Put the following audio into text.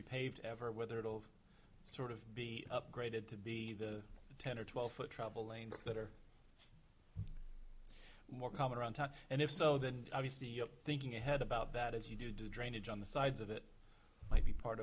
repaved ever whether it'll sort of be upgraded to be the ten or twelve foot travel lanes that are more common around town and if so then obviously you're thinking ahead about that as you do do drainage on the sides of it might be part